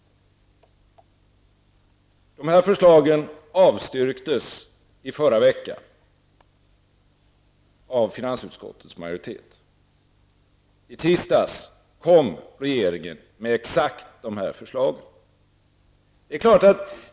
De här förslagen avstyrktes i förra veckan av finansutskottets majoritet. I tisdags kom regeringen med exakt de förslagen.